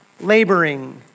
laboring